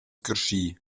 carschi